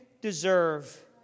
deserve